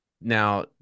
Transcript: Now